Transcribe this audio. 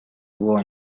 può